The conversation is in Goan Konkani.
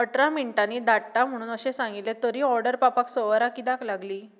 आठरा मिनटांनी धाडटा म्हुणून अशें सांगिल्लें तरी ऑर्डर पावपाक स वरां कित्याक लागलीं